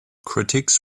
critics